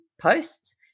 posts